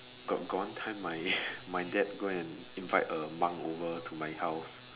got got one time my my dad go and invite a monk over to my house